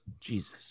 Jesus